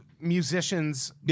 musicians